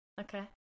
Okay